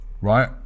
right